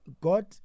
God